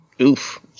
Oof